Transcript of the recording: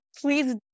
please